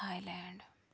Thailand